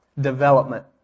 development